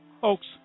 folks